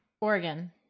oregon